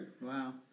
Wow